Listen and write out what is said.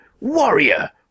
Warrior